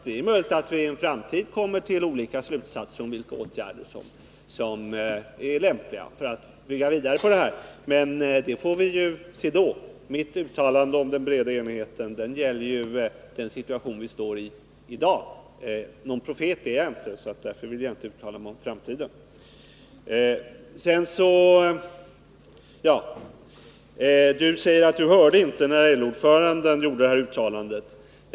Det är möjligt att vi i en framtid kommer till olika slutsatser om vilka åtgärder som är lämpliga att vidta för att bygga vidare, men det får vi se då. Mitt uttalande om den breda enigheten gällde den situation vi i dag befinner oss i. Någon profet är jag dock inte, och därför vill jag inte uttala mig bestämt om framtiden. Sune Johansson sade att han inte hörde när LO-ordföranden gjorde det här uttalandet.